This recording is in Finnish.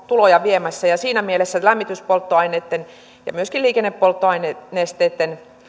tuloja viemässä ja siinä mielessä lämmityspolttoaineitten ja myöskin liikennepolttonesteitten